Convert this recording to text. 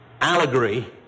allegory